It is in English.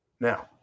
now